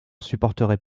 supporterait